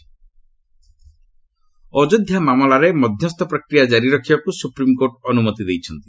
SC Ayodhya Ayodhya ମାମଲାରେ ମଧ୍ୟସ୍ଥ ପ୍ରକ୍ରିୟା ଜାରି ରଖିବାକୁ ସୁପ୍ରିମ୍କୋର୍ଟ ଅନୁମତି ଦେଇଛନ୍ତି